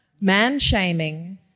man-shaming